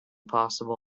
possible